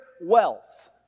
wealth